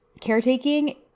Caretaking